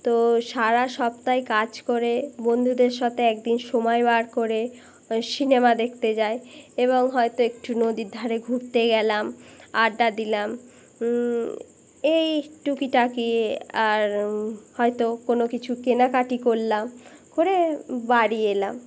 তো সারা সপ্তাহে কাজ করে বন্ধুদের সাথে একদিন সময় বার করে সিনেমা দেখতে যাই এবং হয়তো একটু নদীর ধারে ঘুরতে গেলাম আড্ডা দিলাম এই টুকিটাকি আর হয়তো কোনো কিছু কেনাকাটি করলাম করে বাড়ি এলাম